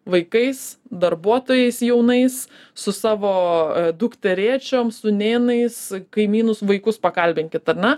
vaikais darbuotojais jaunais su savo dukterėčiom sūnėnais kaimynų vaikus pakalbinkit ar ne